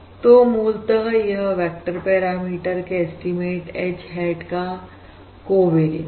तो मूलतः यह वेक्टर पैरामीटर के एस्टीमेट H hat का कोवेरियंस है